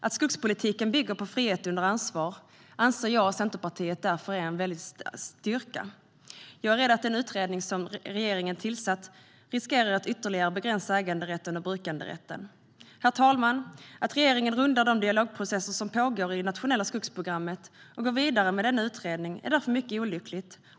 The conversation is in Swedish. Att skogspolitiken bygger på frihet under ansvar är därför en styrka, anser jag och Centerpartiet. Jag är rädd att den utredning som regeringen tillsatt riskerar att ytterligare begränsa äganderätten och brukanderätten. Herr talman! Att regeringen rundar de dialogprocesser som pågår i nationella skogsprogrammet och går vidare med denna utredning är därför mycket olyckligt.